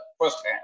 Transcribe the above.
firsthand